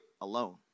alone